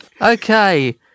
Okay